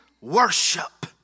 worship